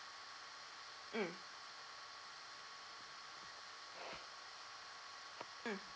mm